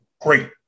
great